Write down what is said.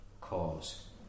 cause